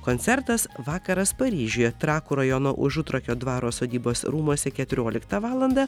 koncertas vakaras paryžiuje trakų rajono užutrakio dvaro sodybos rūmuose keturioliktą valandą